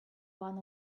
one